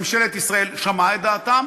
ממשלת ישראל שמעה את דעתם,